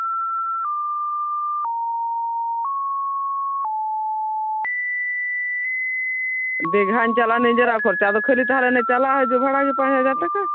ᱫᱤᱜᱷᱟᱧ ᱪᱟᱞᱟᱜᱼᱟ ᱱᱤᱡᱮᱨᱟᱜ ᱠᱷᱚᱨᱪᱟ ᱟᱫᱚ ᱠᱷᱟᱹᱞᱤ ᱛᱟᱦᱚᱞᱮ ᱪᱟᱞᱟᱜ ᱦᱤᱡᱩᱜ ᱵᱷᱟᱲᱟ ᱜᱮ ᱯᱟᱸᱪ ᱦᱟᱡᱟᱨ ᱴᱟᱠᱟ